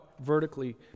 vertically